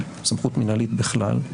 סמכות מינהלית בכלל,